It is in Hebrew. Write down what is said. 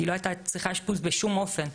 היא לא הייתה צריכה אשפוז בשום אופן.